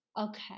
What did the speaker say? Okay